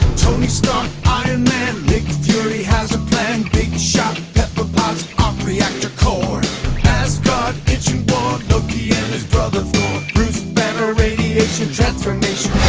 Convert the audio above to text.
tony stark, iron man nick fury has a plan big shock, pepper potts arc reactor core asgard, ancient war loki and his brother thor bruce banner, radiation, transformation